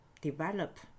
develop